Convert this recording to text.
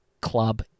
club